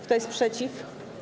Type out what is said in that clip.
Kto jest przeciw?